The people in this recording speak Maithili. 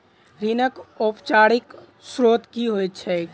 ऋणक औपचारिक स्त्रोत की होइत छैक?